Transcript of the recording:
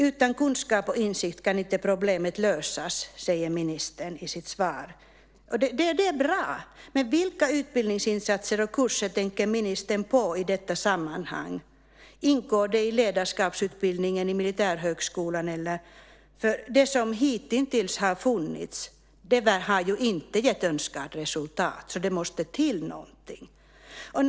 Utan kunskap och insikt kan inte problemet lösas, säger ministern i sitt svar. Det är bra, men vilka utbildningsinsatser och kurser tänker ministern på i detta sammanhang? Ingår det i ledarskapsutbildningen på Militärhögskolan? Det som hittills har funnits har ju inte givit önskat resultat. Det måste till något.